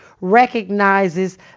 recognizes